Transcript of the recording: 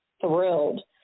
thrilled